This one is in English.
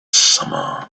summer